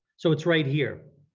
so it's right here,